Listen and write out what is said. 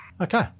Okay